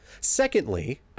Secondly